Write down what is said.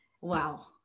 wow